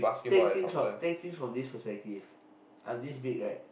take things from take things from this perspective I'm this big right